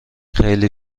خیلی